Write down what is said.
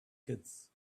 kids